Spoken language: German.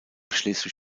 schleswig